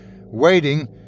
waiting